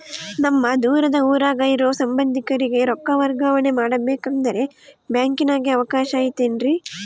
ನಮ್ಮ ದೂರದ ಊರಾಗ ಇರೋ ಸಂಬಂಧಿಕರಿಗೆ ರೊಕ್ಕ ವರ್ಗಾವಣೆ ಮಾಡಬೇಕೆಂದರೆ ಬ್ಯಾಂಕಿನಾಗೆ ಅವಕಾಶ ಐತೇನ್ರಿ?